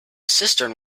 cistern